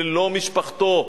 ללא משפחתו,